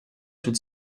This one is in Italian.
sul